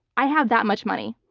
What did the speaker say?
i have that much money.